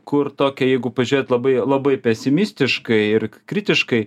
kur tokia jeigu pažiūrėt labai labai pesimistiškai ir kritiškai